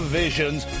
visions